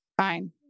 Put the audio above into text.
Fine